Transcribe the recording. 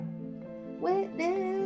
Witness